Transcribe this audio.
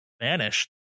vanished